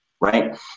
right